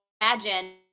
imagine